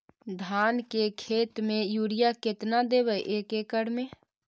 धान के खेत में युरिया केतना देबै एक एकड़ में?